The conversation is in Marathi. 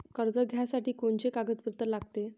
कर्ज घ्यासाठी कोनचे कागदपत्र लागते?